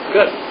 Good